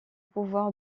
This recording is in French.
pouvoir